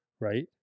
right